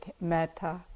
metta